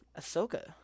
Ahsoka